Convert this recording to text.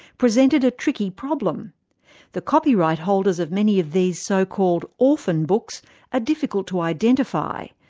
presented a tricky problem the copyright holders of many of these so-called orphan books are difficult to identify.